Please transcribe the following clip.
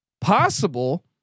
possible